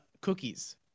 cookies